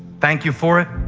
thank you for it.